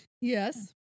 Yes